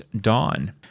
Dawn